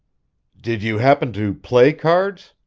did you happen to play cards?